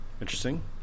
Interesting